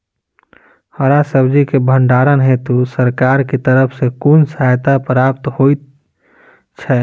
हरा सब्जी केँ भण्डारण हेतु सरकार की तरफ सँ कुन सहायता प्राप्त होइ छै?